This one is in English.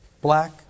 Black